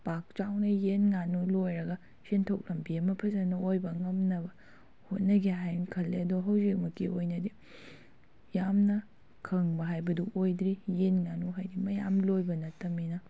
ꯄꯥꯛ ꯆꯥꯎꯅ ꯌꯦꯟ ꯉꯥꯅꯨ ꯂꯣꯏꯔꯒ ꯁꯦꯟꯊꯣꯛ ꯂꯝꯕꯤ ꯑꯃ ꯐꯖꯅ ꯑꯣꯏꯕ ꯉꯝꯅꯕ ꯍꯣꯠꯅꯒꯦ ꯍꯥꯏꯅ ꯈꯟꯂꯦ ꯑꯗꯣ ꯍꯧꯖꯤꯛꯃꯛꯀꯤ ꯑꯣꯏꯅꯗꯤ ꯌꯥꯝꯅ ꯈꯪꯕ ꯍꯥꯏꯕꯗꯨ ꯑꯣꯏꯗ꯭ꯔꯤ ꯌꯦꯟ ꯉꯥꯅꯨ ꯍꯥꯏꯗꯤ ꯃꯌꯥꯝ ꯂꯣꯏꯕ ꯅꯠꯇꯕꯅꯤꯅ